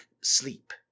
Sleep